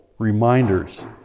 reminders